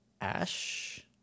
Ash